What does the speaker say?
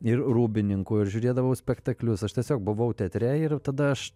ir rūbininku ir žiūrėdavau spektaklius aš tiesiog buvau teatre ir tada aš